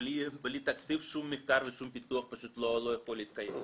בלי תקציב שום מחקר ושום פיתוח לא יוכלו להתקיים.